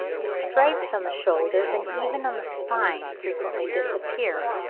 the stripes on the shoulders and even on the spine frequently disappear,